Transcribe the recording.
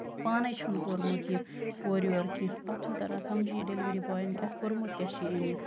پانَے چھُن کوٚرمُت یہِ اورٕ یور کیٚنہہ اَتھ چھُنہٕ تران سمجٕے ڈٮ۪لؤری بوے کیاہ کوٚرمُت کیاہ چھُ أمۍ یہِ